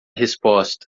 resposta